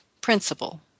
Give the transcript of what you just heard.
principle